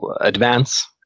advance